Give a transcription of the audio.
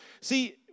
See